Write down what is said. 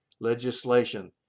legislation